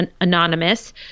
anonymous